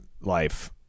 life